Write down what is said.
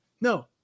No